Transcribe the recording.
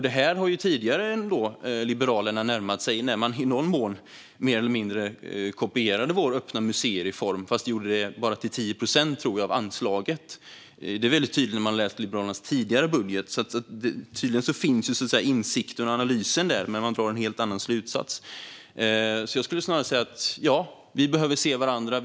Detta har Liberalerna tidigare närmat sig, till exempel när de mer eller mindre kopierade vår öppna-museer-reform, fast de gjorde det bara till 10 procent av anslaget. När man läser Liberalernas tidigare budget finns insikten och analysen där, men de drar en helt annan slutsats. Jag vill snarare säga: Ja, vi behöver se varandra.